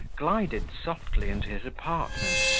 glided softly into his apartment,